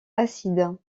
acides